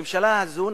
הממשלה הזאת,